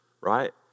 Right